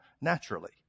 naturally